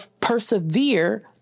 persevere